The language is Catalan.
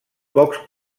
pocs